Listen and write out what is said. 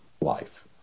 life